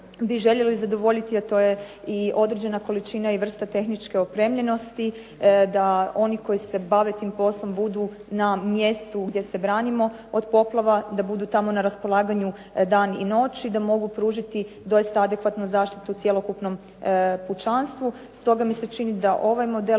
bi željeli zadovoljiti, a to je i određena količina i vrsta tehničke opremljenosti da oni koji se bave tim poslom budu na mjestu gdje se branimo od poplava, da budu tamo na raspolaganju dan i noć i da mogu pružiti doista adekvatnu zaštitu cjelokupnom pučanstvu. Stoga mi se čini da ovaj model